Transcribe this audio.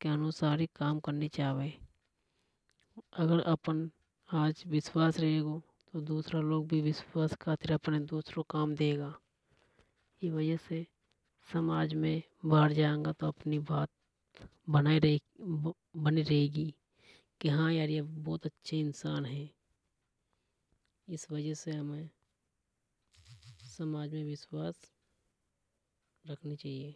के अनुसार ही काम करनी चावे। अगर आज विश्वास रेगो तो दूसरा लोग भी अपने विश्वास के खातिर दूसरों काम देगो। ई वजह से समाज में बाहर जागा तो अपनी बात बनी रहेंगी। की हा यार ये बहुत अच्छा इंसान हे ई वजह से हमें समाज में विश्वास रखना चाहिए।